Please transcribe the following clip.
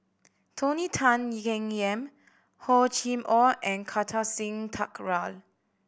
Tony Tan Keng Yam Hor Chim Or and Kartar Singh Thakral